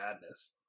madness